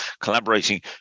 collaborating